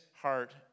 heart